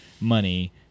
money